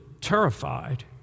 terrified